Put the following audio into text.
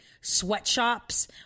sweatshops